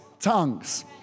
tongues